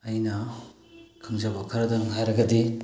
ꯑꯩꯅ ꯈꯪꯖꯕ ꯈꯔꯗꯪ ꯍꯥꯏꯔꯒꯗꯤ